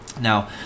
Now